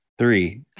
Three